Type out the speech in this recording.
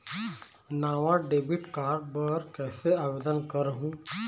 नावा debit card बर कैसे आवेदन करहूं?